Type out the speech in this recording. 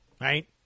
right